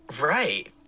Right